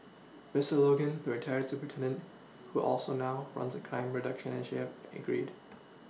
Mister Logan the retired superintendent who also now runs a crime reduction initiate agreed